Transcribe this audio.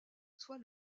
soit